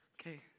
okay